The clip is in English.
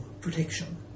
protection